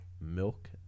milk